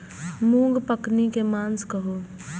मूँग पकनी के मास कहू?